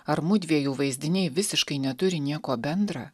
ar mudviejų vaizdiniai visiškai neturi nieko bendra